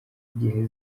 igihe